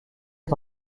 est